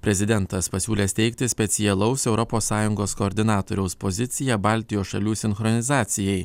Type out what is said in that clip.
prezidentas pasiūlė steigti specialaus europos sąjungos koordinatoriaus poziciją baltijos šalių sinchronizacijai